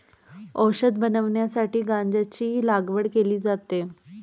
औषध बनवण्यासाठी गांजाची लागवड केली जाते